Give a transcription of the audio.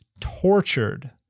tortured